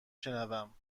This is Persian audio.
شنوم